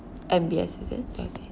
M_B_S is it